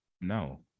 no